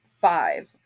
five